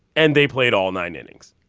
and they played all nine innings.